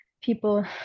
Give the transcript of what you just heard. people